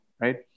right